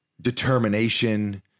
determination